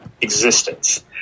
existence